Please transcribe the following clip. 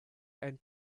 and